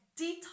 detox